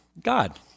God